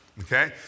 Okay